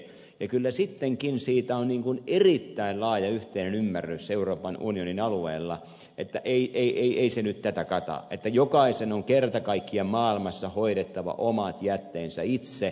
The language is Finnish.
ja kyllä sittenkin siitä on niin kuin erittäin laaja yhteinen ymmärrys euroopan unionin alueella että ei se nyt tätä kata että jokaisen on kerta kaikkiaan maailmassa hoidettava omat jätteensä itse